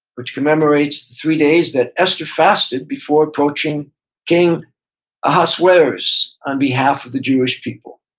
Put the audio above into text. which commemorates the three days that esther fasted before approaching king ahasuerus on behalf of the jewish people.